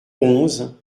onze